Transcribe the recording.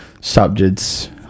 subjects